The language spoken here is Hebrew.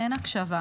אין הקשבה.